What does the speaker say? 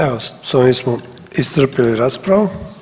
Evo, s ovim smo iscrpili raspravu.